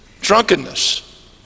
drunkenness